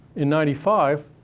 in ninety five,